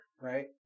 right